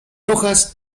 rojas